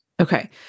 Okay